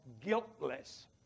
guiltless